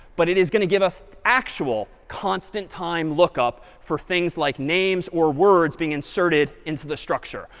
but it is going to give us actual constant time lookup for things like names or words being inserted into the structure.